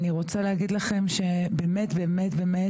אני רוצה להגיד לכם באמת באמת,